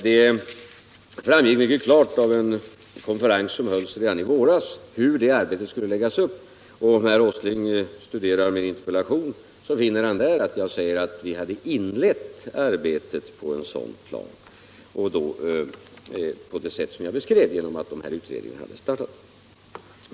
Det framgick mycket klart av den konferens som hölls redan i våras hur det arbetet skulle läggas upp. Om herr Åsling studerar min interpellation finner han där att jag säger att vi hade inlett arbetet på en sådan plan genom att dessa utredningar hade startats.